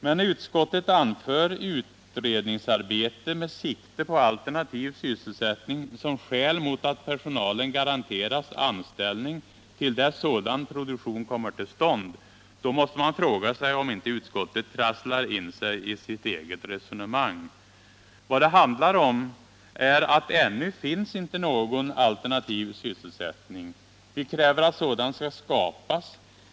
Men när utskottet anför utredningsarbete med sikte på alternativ sysselsättning som skäl mot att personalen garanteras anställning till dess att sådan produktion kommer till stånd, då måste man fråga sig om inte utskottet trasslar in sig i sitt eget resonemang. Vad det handlar om är att ännu finns inte någon alternativ sysselsättning. Vi kräver att sådan skall skapas.